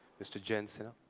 mr. jayant sinha.